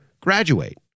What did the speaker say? graduate